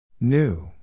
New